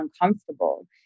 uncomfortable